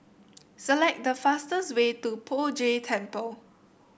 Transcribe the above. select the fastest way to Poh Jay Temple